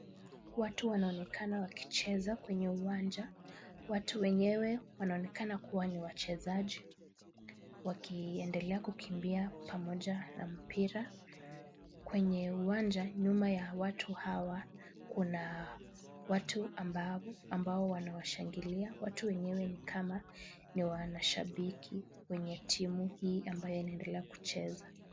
Watu wanaonekana wakicheza kwenye uwanja. Watu wenyewe wanaonekana kuwa ni wachezaji, wakiendelea kukimbia pamoja na mpira. Kwenye uwanja nyuma ya watu hawa, kuna watu ambao wanawashangilia, watu wenyewe ni kama ni wanashabiki wenye timu hii ambayo inaendelea kucheza.